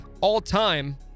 all-time